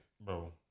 bro